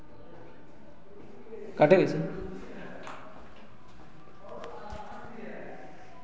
काटें कैसे